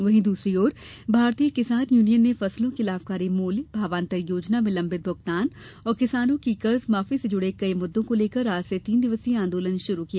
वहीं दूसरी ओर भारतीय किसान यूनियन ने फसलों के लाभकारी मूल्य भावांतर योजना में लंबित भुगतान और किसानों की कर्जमाफी से जुड़े कई मुद्दों को लेकर आज से तीन दिवसीय आंदोलन शुरू किया